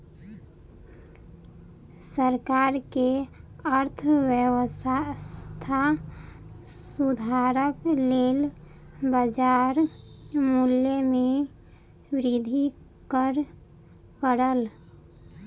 सरकार के अर्थव्यवस्था सुधारक लेल बाजार मूल्य में वृद्धि कर पड़ल